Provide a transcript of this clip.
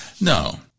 No